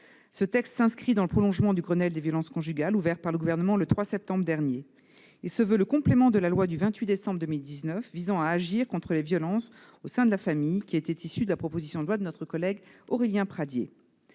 Ce texte s'inscrit dans le prolongement du Grenelle contre les violences conjugales, ouvert par le Gouvernement le 3 septembre dernier. Il a vocation à être le complément de la loi du 28 décembre 2019 visant à agir contre les violences au sein de la famille, qui était issue de la proposition de loi de notre collègue député Aurélien Pradié.